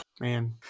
man